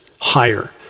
higher